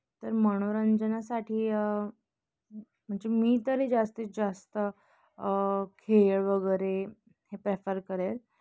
तर मनोरंजनासाठी म्हणजे मी तरी जास्तीत जास्त खेळ वगैरे हे प्रेफर करेल